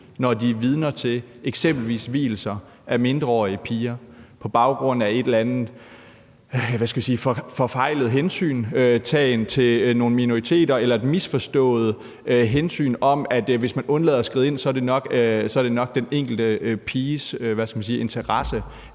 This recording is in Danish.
når de er vidner til eksempelvis vielser af mindreårige piger, sker det på baggrund af en eller anden forfejlet hensyntagen til nogle minoriteter eller et misforstået hensyn om, at hvis man undlader at skride ind, er det nok i den enkelte piges interesse,